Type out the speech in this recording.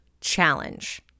challenge